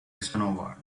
casanova